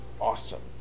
awesome